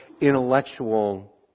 intellectual